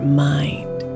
mind